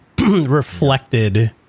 reflected